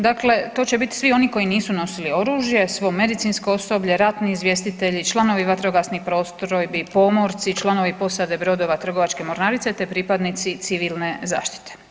Dakle, to će biti svi oni koji nisu nosili oružje, svo medicinsko osoblje, ratni izvjestitelji, članovi vatrogasnih postrojbi, pomorci, članovi posade brodova trgovačke mornarice te pripadnici civilne zaštite.